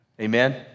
Amen